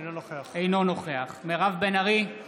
אינו נוכח מירב בן ארי,